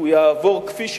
שהוא יעבור כפי שהוא,